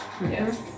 Yes